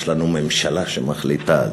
יש לנו ממשלה שמחליטה,